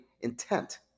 intent